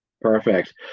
Perfect